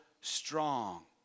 strong